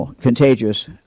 contagious